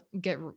get